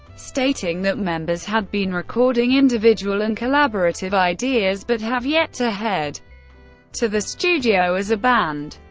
stating that members had been recording individual and collaborative ideas, but have yet to head to the studio as a band.